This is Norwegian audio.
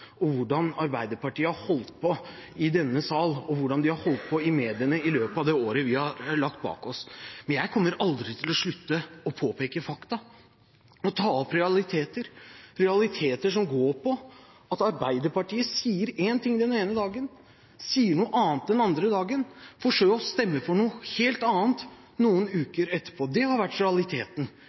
om hvordan Arbeiderpartiet har holdt på i denne sal og i mediene i løpet av det året vi har lagt bak oss. Jeg kommer aldri til å slutte å påpeke fakta og ta opp realiteter, realiteter som går på at Arbeiderpartiet sier en ting den ene dagen, sier noe annet den andre dagen, for så å stemme for noe helt annet noen uker etterpå. Det har vært realiteten.